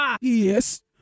Yes